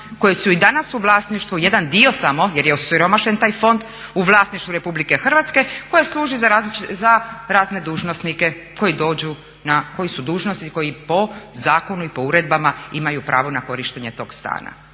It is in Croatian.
koji su u i danas u vlasništvu, jedan dio samo, jer je osiromašen taj fond u vlasništvu Republike Hrvatske koji služi za razne dužnosnike koji dođu, koji su dužnosnici, koji po zakonu i po uredbama imaju pravo na korištenje toga stana.